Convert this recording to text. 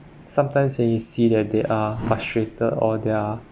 sometimes when you see that they are frustrated or they are